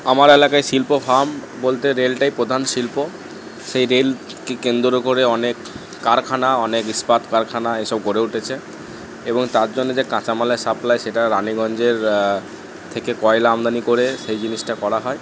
আমার এলাকায় শিল্প ফার্ম বলতে রেলটাই প্রধান শিল্প সেই রেলকে কেন্দ্র করে অনেক কারখানা অনেক ইস্পাত কারখানা এইসব গড়ে উঠেছে এবং তার জন্য যে কাঁচামালের সাপ্লাই সেটা রানীগঞ্জের থেকে কয়লা আমদানি করে সেই জিনিসটা করা হয়